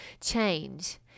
change